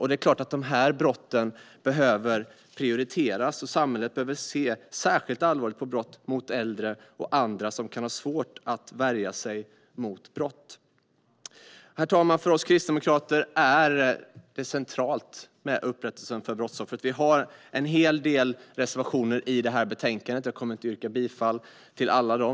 Det är klart att dessa brott behöver prioriteras, och samhället behöver se särskilt allvarligt på brott mot äldre och andra som kan ha svårt att värja sig mot brott. Herr talman! För oss kristdemokrater är det centralt med upprättelsen för brottsoffret. Vi har en hel del reservationer i detta betänkande, men jag kommer inte att yrka bifall till alla.